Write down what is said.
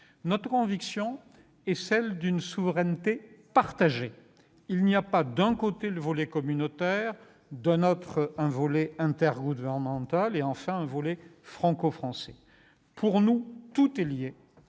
Notre conviction est celle d'une souveraineté partagée. Il n'y a pas un volet communautaire, un volet intergouvernemental et, enfin, un volet franco-français. Pour nous, tout est lié.